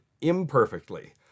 imperfectly